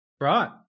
Right